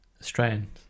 Australian